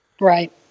Right